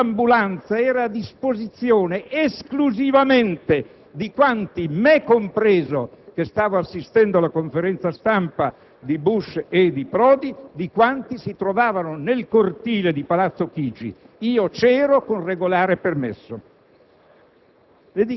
perché quell'ambulanza era a disposizione esclusivamente di quanti, me compreso, che stavo assistendo alla conferenza stampa di Bush e Prodi, si trovavano nel cortile di Palazzo Chigi. Io c'ero, con regolare permesso.